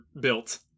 built